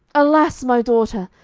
alas, my daughter!